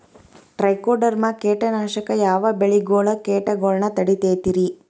Trichoderma ಕೇಟನಾಶಕ ಯಾವ ಬೆಳಿಗೊಳ ಕೇಟಗೊಳ್ನ ತಡಿತೇತಿರಿ?